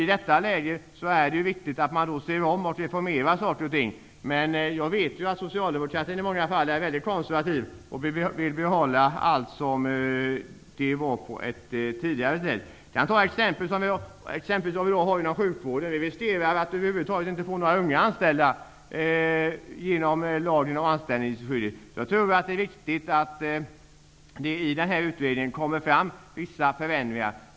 I det här läget är det viktigt att vi ser om och reformerar olika saker. Men jag vet ju att socialdemokratin är mycket konservativ i många fall och vill behålla allt på det sätt som det var tidigare. Jag kan ta ett exempel på hur det är i dag inom sjukvården. Vi riskerar att över huvud taget inte få några unga anställda genom lagen om anställningsskydd. Jag tror att det är viktigt att det kommer fram vissa förändringar i den här utredningen.